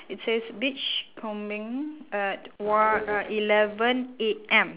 it says beach combing uh on~ uh eleven A_M